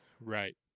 Right